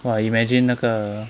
!wah! imagine 那个